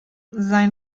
sein